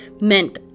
meant